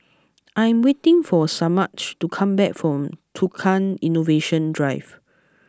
I am waiting for Semaj to come back from Tukang Innovation Drive